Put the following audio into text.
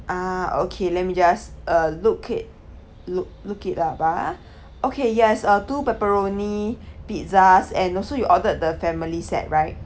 ah okay let me just uh look it look look it up ah okay yes uh two pepperoni pizzas and also you ordered the family set right